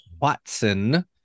Watson